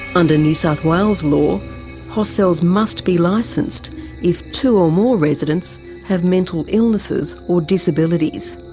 under new south wales law hostels must be licensed if two or more residents have mental illnesses or disabilities.